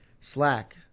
Slack